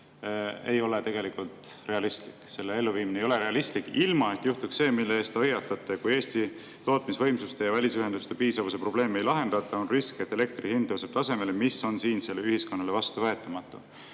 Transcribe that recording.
ei ole tegelikult realistlik. Selle elluviimine ei ole realistlik, ilma et juhtuks see, mille eest te hoiatate. Kui Eesti tootmisvõimsuste ja välisühenduste piisavuse probleeme ei lahendata, on risk, et elektri hind tõuseb tasemele, mis on siinsele ühiskonnale vastuvõetamatu.